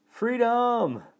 Freedom